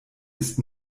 ist